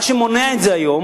מה שמונע את זה היום,